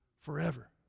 forever